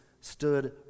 stood